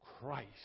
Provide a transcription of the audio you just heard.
Christ